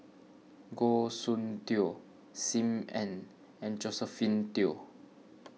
Goh Soon Tioe Sim Ann and Josephine Teo